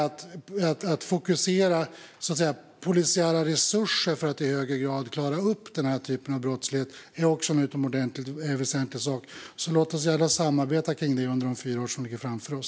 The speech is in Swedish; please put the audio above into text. Att fokusera polisiära resurser för att i högre grad klara upp denna typ av brottslighet är också en utomordentligt väsentlig sak. Låt oss samarbeta om detta under de fyra år som ligger framför oss.